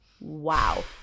Wow